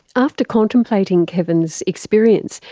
after contemplating kevin's experience,